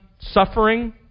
suffering